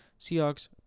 Seahawks